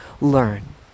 learn